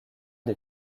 des